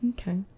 okay